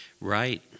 Right